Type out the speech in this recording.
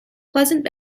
pleasant